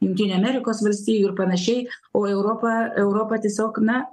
jungtinių amerikos valstijų ir panašiai o europa europa tiesiog na